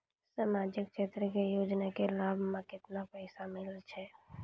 समाजिक क्षेत्र के योजना के लाभ मे केतना पैसा मिलै छै?